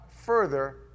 further